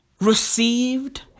received